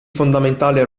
fondamentale